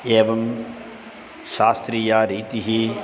एवं शास्त्रीया रीतिः